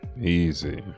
easy